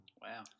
wow